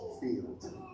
field